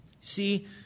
See